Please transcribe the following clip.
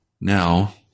Now